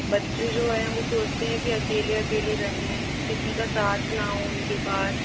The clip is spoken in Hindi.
बच्चे जो हैं वो सोचते है कि अकेले अकेले रहे किसी का साथ ना हो उनके पास